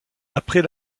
après